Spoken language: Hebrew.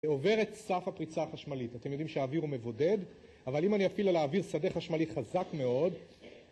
זה עובר את סף הפריצה החשמלית, אתם יודעים שהאוויר הוא מבודד אבל אם אני אפעיל על האוויר שדה חשמלי חזק מאוד